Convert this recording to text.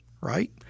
right